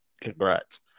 Congrats